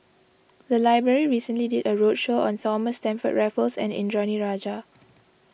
the library recently did a roadshow on Thomas Stamford Raffles and Indranee Rajah